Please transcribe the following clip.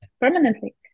permanently